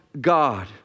God